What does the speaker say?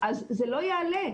אז זה לא יעלה.